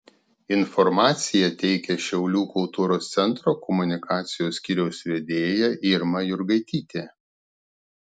informaciją teikia šiaulių kultūros centro komunikacijos skyriaus vedėja irma jurgaitytė